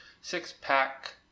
Six-pack